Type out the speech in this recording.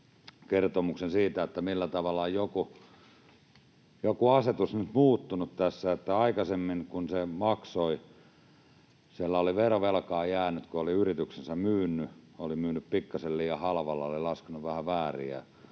kertomuksen siitä, millä tavalla joku asetus nyt on muuttunut tässä. Aikaisemmin kun maksoi... Kun sinne oli verovelkaa jäänyt silloin, kun oli yrityksensä myynyt — oli myynyt pikkasen liian halvalla, oli laskenut vähän väärin,